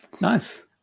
Nice